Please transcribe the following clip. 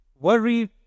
worry